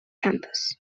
campus